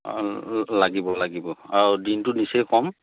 লাগিব লাগিব আৰু দিনটো নিচেই কম